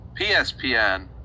PSPN